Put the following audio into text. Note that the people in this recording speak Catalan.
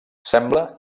sembla